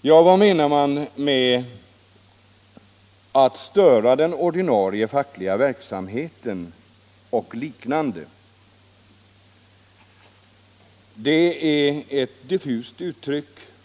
Vad menas med att störa den ordinarie fackliga verksamheten och liknande? Det är mycket diffust uttryckt.